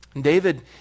David